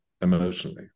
emotionally